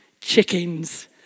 chickens